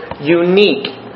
unique